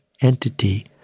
entity